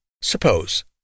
Suppose